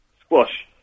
Squash